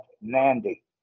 Nandi